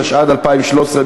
התשע"ד 2013,